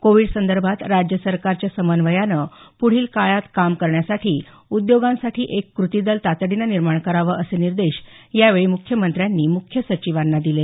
कोविडसंदर्भात राज्य सरकारच्या समन्वयानं पुढील काळात काम करण्यासाठी उद्योगांसाठी एक क्रती दल तातडीने निर्माण करावं असे निर्देश यावेळी मुख्यमंत्र्यांनी मुख्य सचिवांना दिले